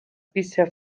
bisher